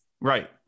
Right